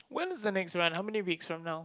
when is the next run how many next run now